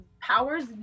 powers